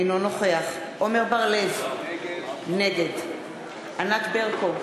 אינו נוכח עמר בר-לב, נגד ענת ברקו,